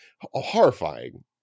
Horrifying